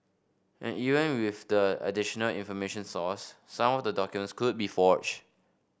and even with the additional information sourced some of the documents could be forged